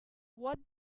what